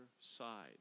side